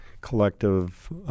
collective